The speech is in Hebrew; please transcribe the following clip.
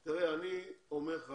אני אומר לך